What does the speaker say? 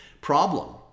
problem